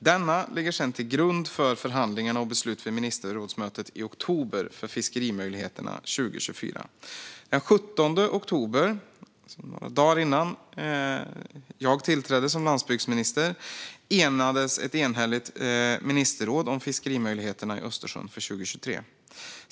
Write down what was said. Denna ligger sedan till grund för förhandlingarna och beslut vid ministerrådsmötet i oktober för fiskemöjligheterna 2024. Den 17 oktober 2022, några dagar innan jag tillträdde som landsbygdsminister, enades ett enhälligt ministerråd om fiskemöjligheterna i Östersjön för 2023.